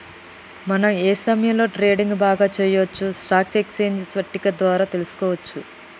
మనం ఏ సమయంలో ట్రేడింగ్ బాగా చెయ్యొచ్చో స్టాక్ ఎక్స్చేంజ్ పట్టిక ద్వారా తెలుసుకోవచ్చు